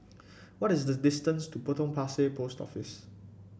what is the distance to Potong Pasir Post Office